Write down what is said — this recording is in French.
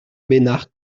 bénard